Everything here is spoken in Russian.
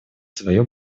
свое